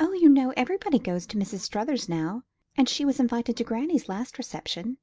oh, you know, everybody goes to mrs. struthers's now and she was invited to granny's last reception.